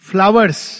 Flowers